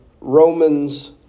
Romans